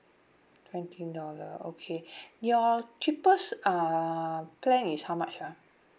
twenty dollar okay you cheapest uh plan is how much ah